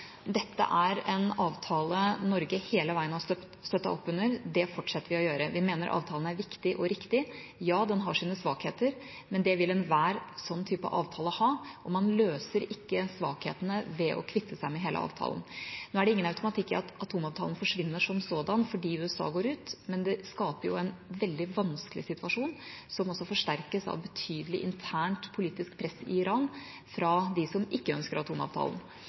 Dette er en avtale som Norge hele veien har støttet opp under – det fortsetter vi å gjøre. Vi mener avtalen er viktig og riktig. Ja, den har sine svakheter, men det vil enhver slik avtale ha, og man løser ikke svakhetene ved å kvitte seg med hele avtalen. Det er ingen automatikk i at atomavtalen forsvinner som sådan fordi USA går ut, men det skaper en veldig vanskelig situasjon, som forsterkes av et betydelig internt politisk press i Iran fra dem som ikke ønsker atomavtalen.